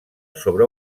sobre